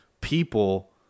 people